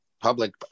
public